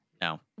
No